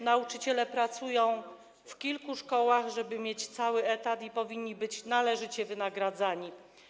Nauczyciele pracują w kilku szkołach, żeby mieć cały etat, i powinni być należycie wynagradzani.